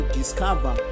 discover